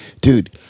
dude